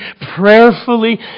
prayerfully